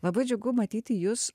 labai džiugu matyti jus